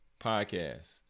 podcast